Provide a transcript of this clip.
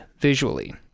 visually